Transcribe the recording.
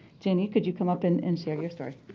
jenny, could you come up and and share your story?